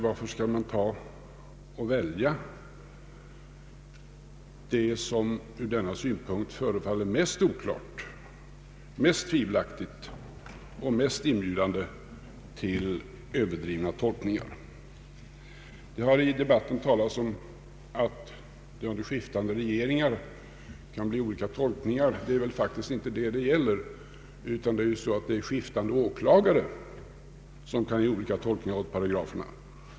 Varför skall man då välja det som förefaller mest oklart, mest tvivelaktigt och mest inbjudande till överdrivna tolkningar? Det har i debatten talats om att det under skiftande regeringar kan bli olika tolkningar. Det är faktiskt inte detta det gäller utan det avgörande är ju att skiftande åklagare kan ge olika tolkningar åt paragrafen.